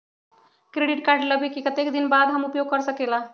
Credit card लेबे के कतेक दिन बाद हम उपयोग कर सकेला?